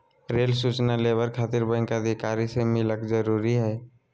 Rail सूचना labour खातिर bank अधिकारी से मिलक जरूरी है?